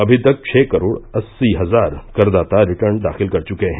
अनी तक छह करोड़ अस्सी हजार करदाता रिटर्न दाखिल कर चुके हैं